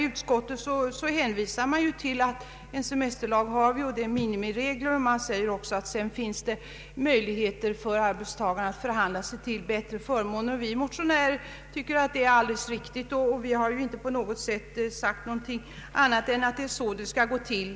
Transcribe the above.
Utskottet hänvisar till att semesterlagen innehåller minimiregler och att det finns möjligheter för arbetstagarna att förhandla sig till bättre förmåner. Vi motionärer tycker att det är alldeles riktigt, och vi har inte sagt någonting annat än att det är så det bör gå till.